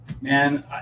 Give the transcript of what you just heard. man